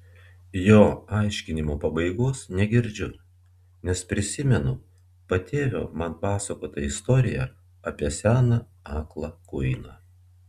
jo aiškinimo pabaigos negirdžiu nes prisimenu patėvio man pasakotą istoriją apie seną aklą kuiną